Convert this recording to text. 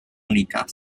menikah